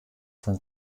von